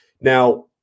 Now